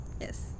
Yes